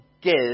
give